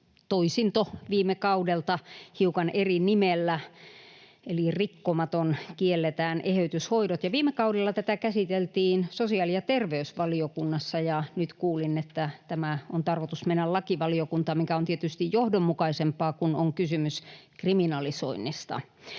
toisinto viime kaudelta hiukan eri nimellä, eli ”Rikkomaton — kielletään eheytyshoidot”. Viime kaudella tätä käsiteltiin sosiaali- ja terveysvaliokunnassa, ja nyt kuulin, että tämän on tarkoitus mennä lakivaliokuntaan, mikä on tietysti johdonmukaisempaa, kun on kysymys kriminalisoinnista.